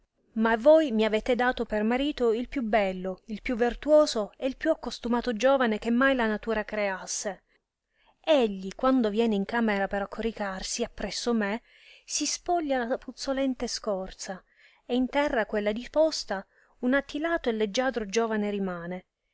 ma voi mi avete dato per marito il più bello il più vertuoso e il più accostumato giovane che mai la natura creasse egli quando viene in camera per accoricarsi appresso me si spoglia la puzzolente scorza e in terra quella diposta un attilato e leggiadro giovane rimane